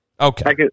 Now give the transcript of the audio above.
Okay